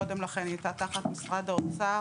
קודם לכן היא הייתה תחת משרד האוצר.